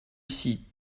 ici